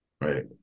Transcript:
right